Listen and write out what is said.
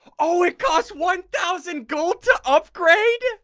oh it costs one thousand go to upgrade